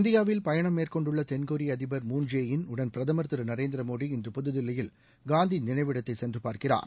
இந்தியாவில் பயணம் மேற்கொண்டுள்ள தென்கொரிய அதிபர் மூன் ஜே இன் உடன் பிரதமர் திரு நரேந்திர மோடி இன்று புதுதில்லியில் காந்தி நினைவிடத்தைச் சென்றுப் பார்க்கிறார்